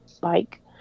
bike